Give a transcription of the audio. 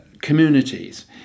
Communities